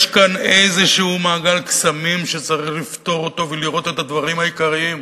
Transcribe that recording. יש כאן איזה מעגל קסמים שצריך לפתור אותו ולראות את הדברים העיקריים.